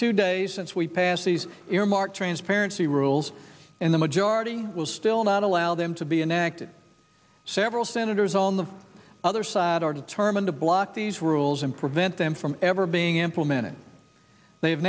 two days since we passed these earmark transparency rules and the majority will still not allow them to be enacted several senators on the other side are determined to block these rules and prevent them from ever being implemented they